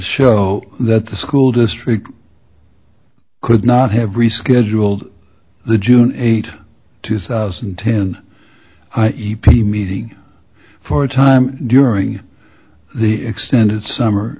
show that the school district could not have rescheduled the june eighth two thousand and ten e p meeting for a time during the extended summer